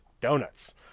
donuts